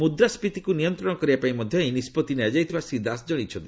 ମୁଦ୍ରାଷ୍ଟ୍ରୀତିକୁ ନିୟନ୍ତ୍ରଣ କରିବା ପାଇଁ ମଧ୍ୟ ଏହି ନିଷ୍ପଭି ନିଆଯାଇଥିବା ଶ୍ରୀ ଦାସ ଜଣାଇଛନ୍ତି